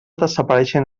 desapareixen